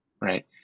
Right